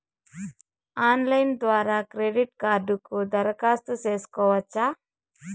Online ద్వారా credit కార్డుకు దరఖాస్తు సేసుకోవచ్చా?